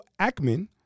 Ackman